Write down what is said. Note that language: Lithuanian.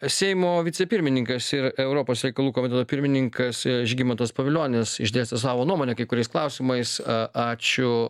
seimo vicepirmininkas ir europos reikalų komiteto pirmininkas žygimantas pavilionis išdėstė savo nuomonę kai kuriais klausimais ačiū